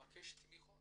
לבקש תמיכות